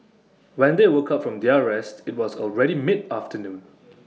when they woke up from their rest IT was already mid afternoon